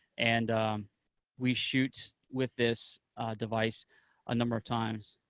and we shoot with this device a number of times.